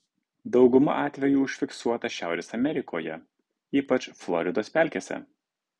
dauguma atvejų užfiksuota šiaurės amerikoje ypač floridos pelkėse